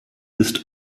ist